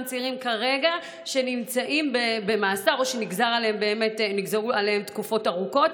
צעירים שנמצאים כרגע במאסר או שנגזרו עליהם תקופות ארוכות?